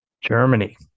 Germany